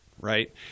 right